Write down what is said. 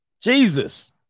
Jesus